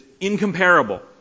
incomparable